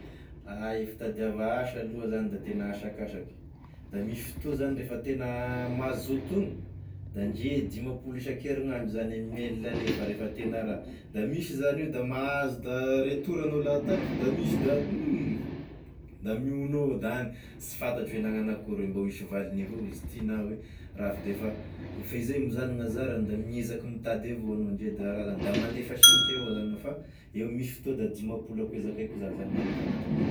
I fitadiava asa lo zany da tena asakasaky, da misy fotoa zany refa tena mazoto ogno, da ndre dimampolo isan-kerignandro zagne mail alefa refa tena raha, da misy zany io da mahazo da retour anao lahatagny fa misy da da miogno avao da any, sy fantatry hoe nagnano akory, mbô hisy valigny avao izy ty na hoe raha fa defa efa izay mo zany gn'anzaragny da miezaky mitady avao anao ndre da raha la da mandefa signitry avao zany anao fa eo- misy fotoa da dimapolo a koa hoe zakaiko za zany gn'alefa agnatin'herinandro.